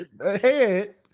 ahead